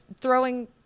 throwing